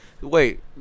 wait